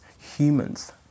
humans